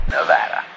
Nevada